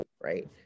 right